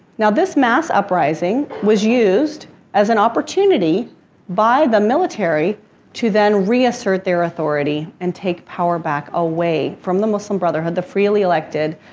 now, this mass uprising was used as an opportunity by the military to then reassert their authority and take power back away from the muslim brotherhood, the freely elected